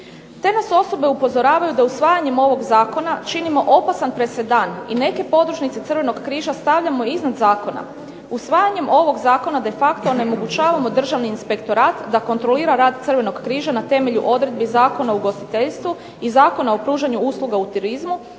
Te nas osobe upozoravaju da usvajanjem ovog zakona činimo opasan presedan i neke podružnice Crvenog križa stavljamo iznad zakona, usvajanjem ovog zakona de facto onemogućavamo državni inspektorat da kontrolira rad Crvenog križa na temelju odredbi Zakona o ugostiteljstvu i Zakona o pružanju usluga u turizmu,